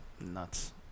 nuts